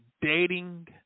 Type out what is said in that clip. dating